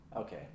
Okay